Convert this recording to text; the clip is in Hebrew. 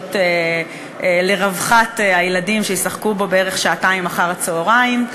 להיות לרווחת הילדים שישחקו בו בערך שעתיים אחר-הצהריים.